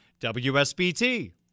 WSBT